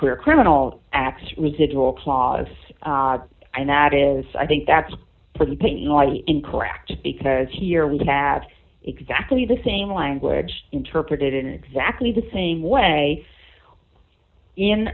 clear criminal acts residual clause and that is i think that's for the pain like incorrect because here we have exactly the same language interpreted in exactly the same way in